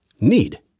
need